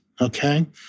okay